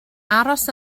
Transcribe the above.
aros